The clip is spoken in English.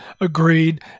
Agreed